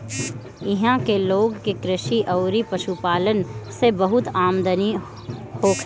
इहां के लोग के कृषि अउरी पशुपालन से बहुते आमदनी होखेला